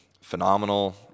phenomenal